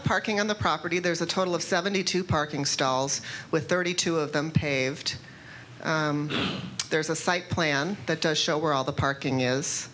of parking on the property there's a total of seventy two parking stalls with thirty two of them paved there's a site plan that does show where all the parking is